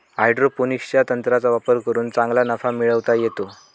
हायड्रोपोनिक्सच्या तंत्राचा वापर करून चांगला नफा मिळवता येतो